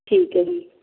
ਠੀਕ ਹੈ ਜੀ